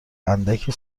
اندکی